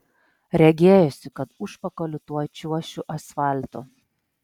regėjosi kad užpakaliu tuoj čiuošiu asfaltu